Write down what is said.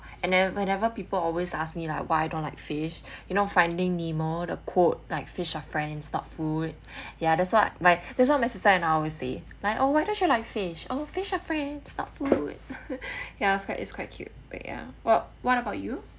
and now whenever people always ask me lah why I don't like fish you know finding nemo the quote like fish are friends not food ya that's what like that's what my sister and I will say like oh why don't you like fish oh fish are friends not food ya it's quite it's quite cute but ya what what about you